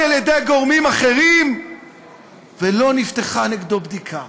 על-ידי גורמים אחרים ולא נפתחה נגדו בדיקה